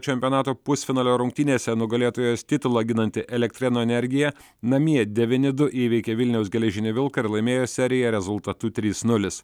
čempionato pusfinalio rungtynėse nugalėtojos titulą ginanti elektrėnų energija namie devyni du įveikė vilniaus geležinį vilką ir laimėjo seriją rezultatu trys nulis